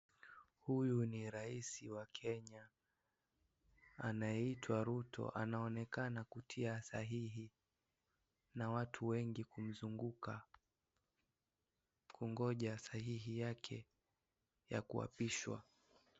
Huyu ni rais wa Kenya anayeitwa Ruto, anaonekana kutia sahihi, na watu wengi kumzunguka kungoja sahihi yake ya kuapishwa.